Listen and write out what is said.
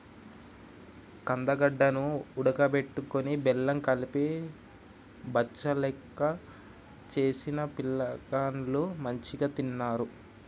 కందగడ్డ ను ఉడుకబెట్టుకొని బెల్లం కలిపి బచ్చలెక్క చేసిన పిలగాండ్లు మంచిగ తిన్నరు